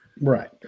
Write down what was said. Right